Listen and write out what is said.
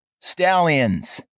stallions